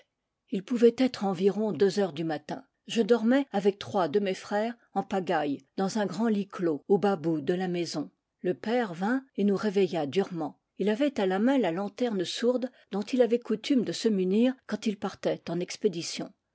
il pouvait être environ deux heures du matin je dor mais avec trois de mes frères en pagaille dans un grand lit clos au bas bout de la maison le père vint et nous réveilla durement il avait à la main la lanterne sourde dont il avait coutume de se munir quand il partait en expédition